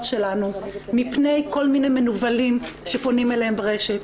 שלנו מפני כל מיני מנוולים שפונים אליהם ברשת.